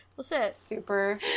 Super